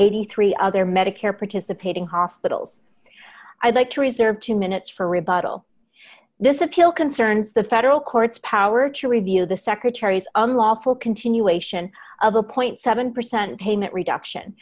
eighty three other medicare participating hospitals i'd like to reserve two minutes for rebuttal this appeal concerns the federal courts power to review the secretary's unlawful continuation of a point seven percent payment reduction